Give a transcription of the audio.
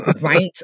Right